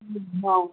हां